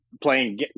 playing